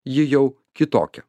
ji jau kitokia